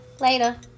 Later